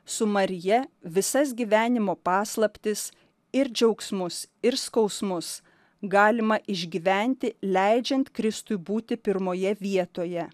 su marija visas gyvenimo paslaptis ir džiaugsmus ir skausmus galima išgyventi leidžiant kristui būti pirmoje vietoje